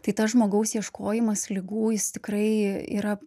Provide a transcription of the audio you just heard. tai tas žmogaus ieškojimas ligų jis tikrai yra